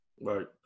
Right